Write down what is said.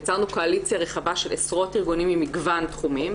יצרנו קואליציה רחבה של עשרות ארגונים ממגוון תחומים,